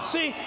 See